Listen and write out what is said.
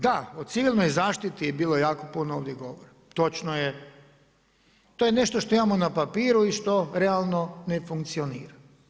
Da, o civilnoj zaštiti je bilo jako puno ovdje govora, točno je to je nešto što imamo na papiru i što realno ne funkcionira.